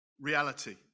Reality